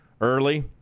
early